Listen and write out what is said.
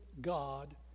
God